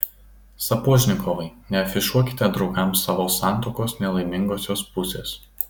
sapožnikovai neafišuokite draugams savo santuokos nelaimingosios pusės